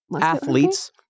Athletes